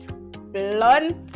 blunt